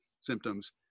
symptoms